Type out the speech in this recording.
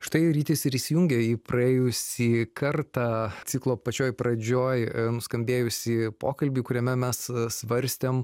štai rytis ir įsijungė į praėjusį kartą ciklo pačioj pradžioj nuskambėjusį pokalbį kuriame mes svarstėm